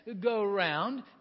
go-around